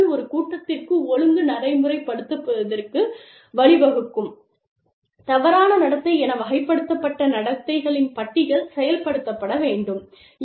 ஒரு கூட்டத்திற்கு ஒழுக்க நடைமுறைப்படுத்தப்படுவதற்கு வழிவகுக்கும் தவறான நடத்தை என வகைப்படுத்தப்பட்ட நடத்தைகளின் பட்டியல் செயல்படுத்தப்பட வேண்டும்'